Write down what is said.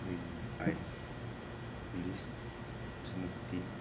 ꯗꯒꯤ ꯑꯩ ꯄꯨꯂꯤꯁ ꯁꯦꯅꯥꯄꯇꯤ